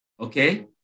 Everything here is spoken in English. okay